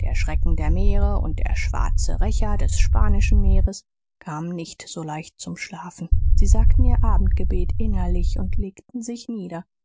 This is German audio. der schrecken des meeres und der schwarze rächer des spanischen meeres kamen nicht so leicht zum schlafen sie sagten ihr abendgebet innerlich und legten sich nieder